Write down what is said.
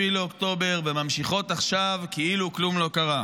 באוקטובר וממשיכות עכשיו כאילו כלום לא קרה.